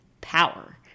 power